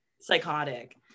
psychotic